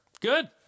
Good